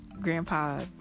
grandpa